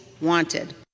wanted